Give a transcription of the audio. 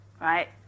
right